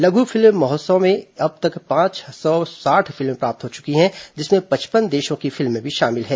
लघ् फिल्म समारोह के लिए अब तक पांच सौ साठ फिल्में प्राप्त हो चुकी है जिसमें पचपन देशों की फिल्में भी शामिल हैं